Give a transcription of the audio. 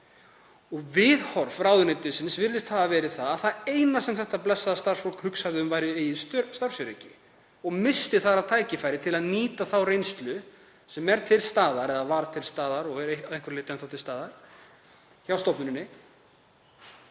og viðhorf ráðuneytisins virðist hafa verið að það eina sem þetta blessaða starfsfólk hugsaði um væri eigið starfsöryggi. Og þar missti það af tækifæri til að nýta þá reynslu sem var til staðar og er að einhverju leyti enn þá til staðar hjá stofnuninni